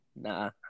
Nah